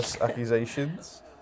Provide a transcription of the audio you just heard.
accusations